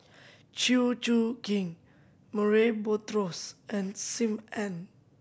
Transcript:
Chew Choo Keng Murray Buttrose and Sim Ann